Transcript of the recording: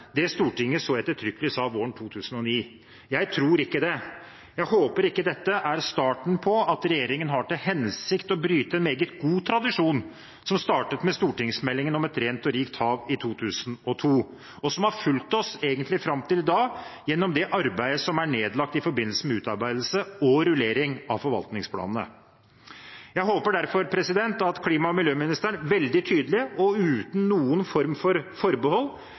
som Stortinget så ettertrykkelig sa våren 2009. Jeg tror ikke det. Jeg håper ikke dette er starten på at regjeringen har til hensikt å bryte en meget god tradisjon som startet med stortingsmeldingen om et rent og rikt hav i 2002, og som har fulgt oss, egentlig, fram til i dag, gjennom det arbeidet som er nedlagt i forbindelse med utarbeidelse og rullering av forvaltningsplanene. Jeg håper derfor at klima- og miljøministeren veldig tydelig og uten noen form for forbehold